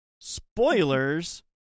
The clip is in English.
Spoilers